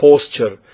Posture